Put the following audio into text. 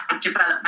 development